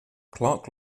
clark